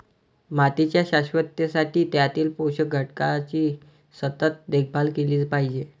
मातीच्या शाश्वततेसाठी त्यातील पोषक घटकांची सतत देखभाल केली पाहिजे